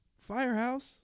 firehouse